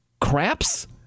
Craps